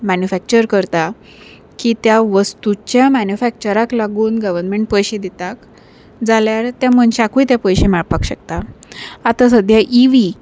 manufacture करता की त्या वस्तूच्या मॅन्युफॅक्चराक लागून गवर्मेंट पयशे दितात जाल्यार त्या मनशाकूय ते पयशे मेळपाक शकता आतां सद्या इ वी